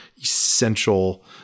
essential